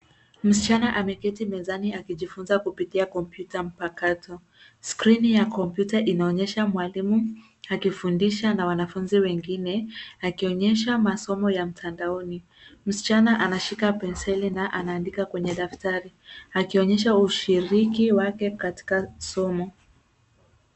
Msichana ameketi mezani akijifunza kupitia kompyuta mpakato skrini ya kompyuta inaonyesha mwalimu akifundisha na wanafunzi wengine akionyesha masomo ya mtandaoni msichana anashika penseli na anaandika kwenye daftari akionyesha ushiriki wake katika somo.